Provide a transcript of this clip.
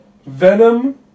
Venom